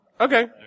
Okay